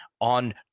on